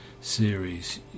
series